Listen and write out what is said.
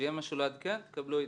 כשיהיה משהו לעדכן, תקבלו עדכון.